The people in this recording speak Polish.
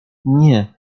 nie